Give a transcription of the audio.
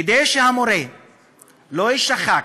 כדי שהמורה לא יישחק,